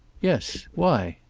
yes. why?